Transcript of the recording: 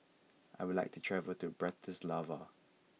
I would like to travel to Bratislava